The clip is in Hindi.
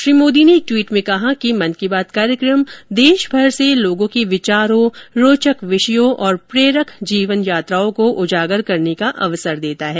श्री मोदी ने एक ट्वीट में कहा कि मन की बात कार्यक्रम देशभर से लोगों के विचारों रोचक विषयों और प्रेरक जीवन यात्राओं को उजागर करने का अवसर देता है